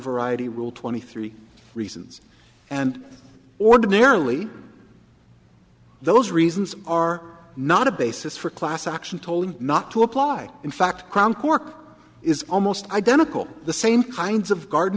variety rule twenty three reasons and ordinarily those reasons are not a basis for class action tolling not to apply in fact crown cork is almost identical the same kinds of garden